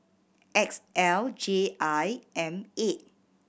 X L J I M eight